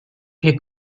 wir